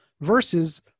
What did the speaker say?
versus